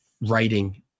writing